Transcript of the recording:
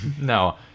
No